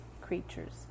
creatures